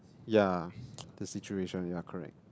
yeah the situation yeah correct